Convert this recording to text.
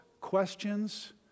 questions